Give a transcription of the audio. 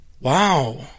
Wow